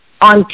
On